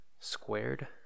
squared